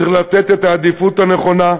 צריך לתת את העדיפות הנכונה,